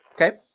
Okay